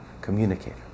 communicator